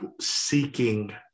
seeking